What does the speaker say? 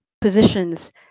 positions